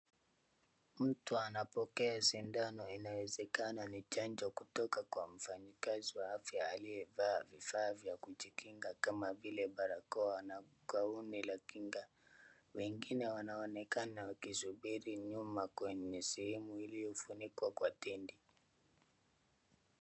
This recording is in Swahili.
Mtu anapokea sindano inawezekana ni chanjo kutoka kwa mfanyakazi wa afya aliye vaa vifaa vya kujikinga kama vile barakoa na ngauni la kinga, wengine wanaonekana wakisubiri nyuma kwenye sehemu iliyofunikwa kwa tindi.